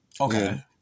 Okay